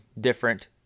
different